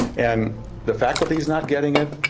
and the faculty is not getting it.